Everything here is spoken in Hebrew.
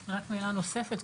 רק מילה נוספת,